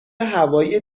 هوایی